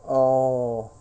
oh